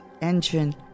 engine